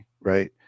right